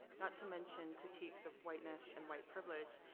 not to mention critiques of whiteness and white privilege.